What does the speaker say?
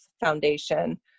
Foundation